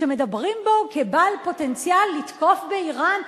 שמדברים בו כבעל פוטנציאל לתקוף באירן,